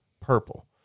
purple